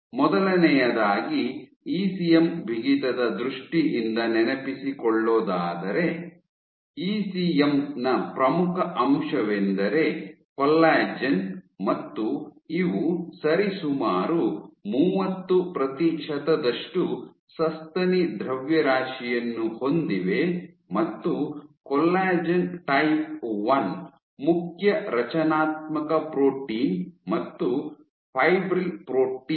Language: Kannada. ಮೊದಲನೆಯದಾಗಿ ಇಸಿಎಂ ಬಿಗಿತದ ದೃಷ್ಟಿಯಿಂದ ನೆನಪಿಸಿಕೊಳ್ಳೋದಾದರೆ ಇಸಿಎಂ ನ ಪ್ರಮುಖ ಅಂಶವೆಂದರೆ ಕೊಲ್ಲಾಜೆನ್ ಮತ್ತು ಇವು ಸರಿಸುಮಾರು ಮೂವತ್ತು ಪ್ರತಿಶತದಷ್ಟು ಸಸ್ತನಿ ದ್ರವ್ಯರಾಶಿಯನ್ನು ಹೊಂದಿವೆ ಮತ್ತು ಕೊಲ್ಲಾಜೆನ್ ಟೈಪ್ ಒನ್ ಮುಖ್ಯ ರಚನಾತ್ಮಕ ಪ್ರೋಟೀನ್ ಮತ್ತು ಫೈಬ್ರಿಲ್ ಪ್ರೋಟೀನ್